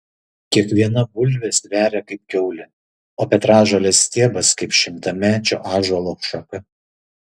kiekviena bulvė sveria kaip kiaulė o petražolės stiebas kaip šimtamečio ąžuolo šaka